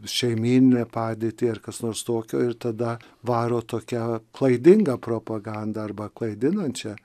šeimyninę padėtį ar kas nors tokio ir tada varo tokia klaidingą propagandą arba klaidinančią